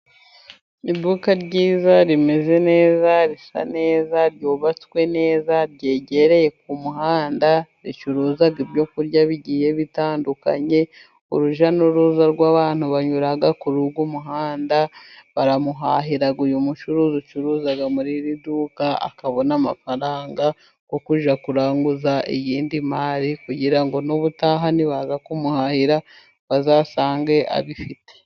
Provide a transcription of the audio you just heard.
Iduka ryiza， rimeze neza， risa neza， ryubatswe neza， ryegereye ku muhanda，ricuruza ibyo kurya bigiye bitandukanye， urujya n'uruza rw'abantu banyura kuri uyu muhanda，baramuhahira. Uyu mucuruzi ucuruza muri iri duka， akabona amafaranga yo kujya kuranguza iyindi mari，kugira ngo n'ubutaha ni baza kumuhahira， bazasange abifite.